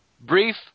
brief